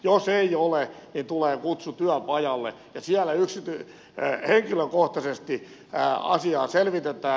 jos ei ole tulee kutsu työpajalle ja siellä henkilökohtaisesti asiaa selvitetään